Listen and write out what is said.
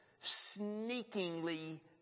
sneakingly